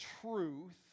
truth